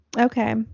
Okay